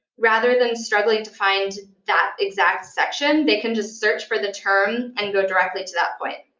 rather than struggling to find that exact section, they can just search for the term and go directly to that point.